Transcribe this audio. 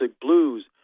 blues